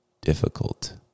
difficult